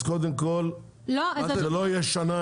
אז קודם כל זה לא יהיה שנה,